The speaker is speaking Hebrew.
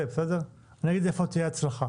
זו תהיה הצלחה